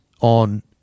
on